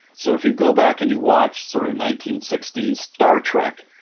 so if you go back and you watch sort of nineteen sixty s star trek,